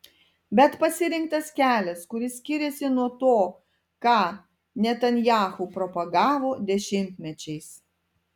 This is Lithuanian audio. bet pasirinktas kelias kuris skiriasi nuo to ką netanyahu propagavo dešimtmečiais